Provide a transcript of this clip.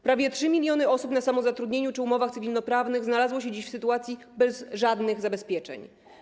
Prawie 3 mln osób na samozatrudnieniu czy umowach cywilnoprawnych znalazło się dziś w sytuacji bez żadnych zabezpieczeń.